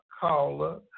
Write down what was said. caller